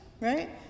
right